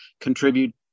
contribute